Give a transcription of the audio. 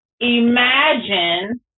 Imagine